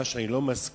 מה שאני לא מסכים,